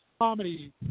Comedy